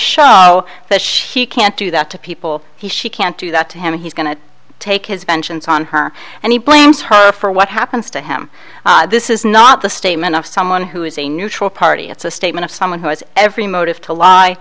show that she can't do that to people he she can't do that to him he's going to take his vengeance on her and he blames her for what happens to him this is not the statement of someone who is a neutral party it's a statement of someone who has every motive to lie